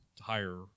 higher